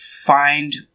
find